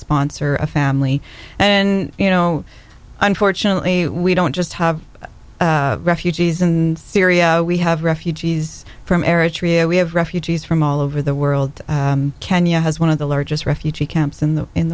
sponsor a family then you know unfortunately we don't just have refugees in syria we have refugees from eritrea we have refugees from all over the world kenya has one of the largest refugee camps in the in